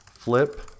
Flip